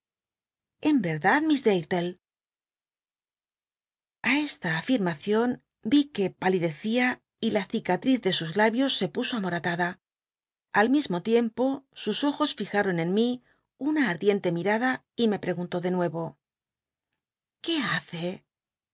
en verdad en verdad miss dartle a esta aflrmacion ví qu e palidecía y la cicatl'iz de sus labios se puso amomtada al mismo tiempo sus ojos lijaron en mi una ardicnte mirada y me preguntó de nue o qué hace